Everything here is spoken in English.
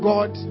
God